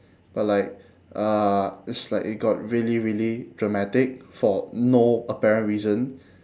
but like uh it's like it got really really dramatic for no apparent reason